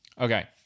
Okay